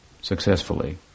successfully